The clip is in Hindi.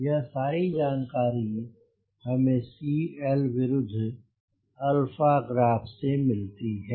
यह सारी जानकारी हमें CLविरुद्ध alpha ग्राफ से मिलती है